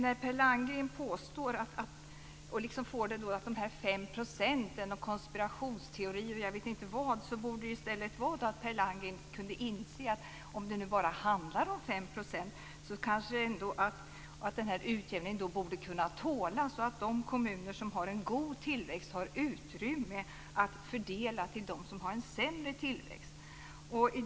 Per Landgren talar om 5 %, om konspirationsteorier och jag vet inte vad. Men Per Landgren borde kunna inse att om det bara handlar om 5 % borde den här utjämningen ändå kunna tålas, liksom att de kommuner som har en god tillväxt har utrymme att fördela till dem som har en sämre tillväxt.